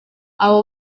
abo